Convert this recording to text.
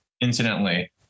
incidentally